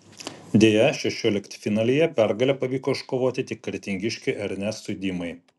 deja šešioliktfinalyje pergalę pavyko iškovoti tik kretingiškiui ernestui dimai